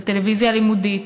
בטלוויזיה הלימודית,